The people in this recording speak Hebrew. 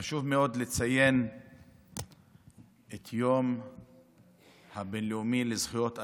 חשוב מאוד לציין את היום הבין-לאומי לזכויות אדם,